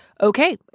okay